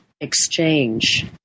exchange